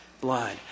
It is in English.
blood